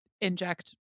Inject